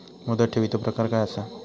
मुदत ठेवीचो प्रकार काय असा?